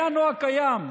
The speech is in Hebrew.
היה נוהג קיים.